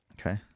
Okay